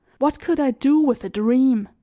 what could i do with a dream?